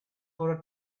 for